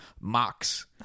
mocks